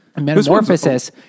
Metamorphosis